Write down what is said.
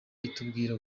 itubwira